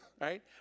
right